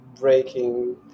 breaking